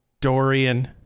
Dorian